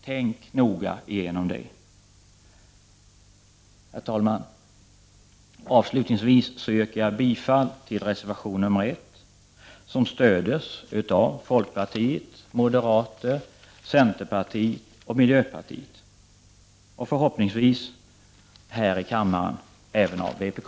Tänk noga igenom saken! Herr talman! Avslutningsvis yrkar jag bifall till reservation 1, som stöds av folkpartiet, moderaterna, centerpartiet och miljöpartiet samt förhoppningsvis här i kammaren även av vpk.